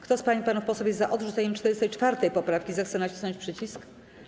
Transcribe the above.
Kto z pań i panów posłów jest za odrzuceniem 44. poprawki, zechce nacisnąć przycisk.